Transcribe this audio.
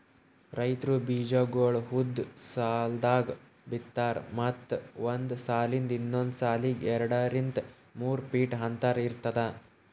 ರೈತ್ರು ಬೀಜಾಗೋಳ್ ಉದ್ದ್ ಸಾಲ್ದಾಗ್ ಬಿತ್ತಾರ್ ಮತ್ತ್ ಒಂದ್ ಸಾಲಿಂದ್ ಇನ್ನೊಂದ್ ಸಾಲಿಗ್ ಎರಡರಿಂದ್ ಮೂರ್ ಫೀಟ್ ಅಂತರ್ ಇರ್ತದ